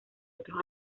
otros